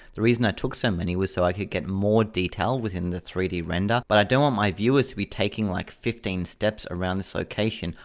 the reason i took so many was so i could get more detail within the three d render. but i don't my viewers to be taking like fifteen steps around this location,